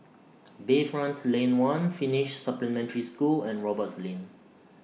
Bayfront Lane one Finnish Supplementary School and Roberts Lane